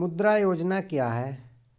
मुद्रा योजना क्या है?